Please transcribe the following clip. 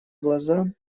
глаза